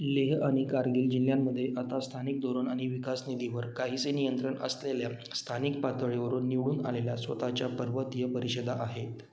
लेह आणि कारगिल जिल्ह्यांमध्ये आता स्थानिक धोरण आणि विकास निधीवर काहीसे नियंत्रणअसलेल्या स्थानिक पातळीवरून निवडून आलेल्या स्वतःच्या पर्वतीय परिषदा आहेत